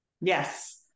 Yes